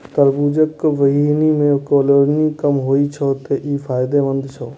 तरबूजक बीहनि मे कैलोरी कम होइ छै, तें ई फायदेमंद छै